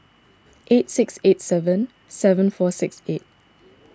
eight six eight seven seven four six eight